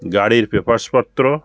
গাড়ির পেপারস পত্র